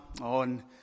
on